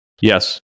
yes